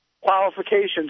qualifications